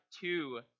two